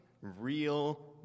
real